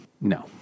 No